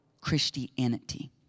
Christianity